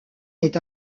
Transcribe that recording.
est